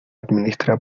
administra